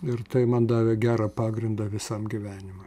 ir tai man davė gerą pagrindą visam gyvenimui